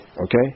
okay